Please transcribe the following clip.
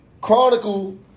chronicle